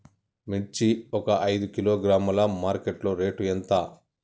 మిర్చి ఒక ఐదు కిలోగ్రాముల మార్కెట్ లో రేటు ఎంత?